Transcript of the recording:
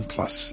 Plus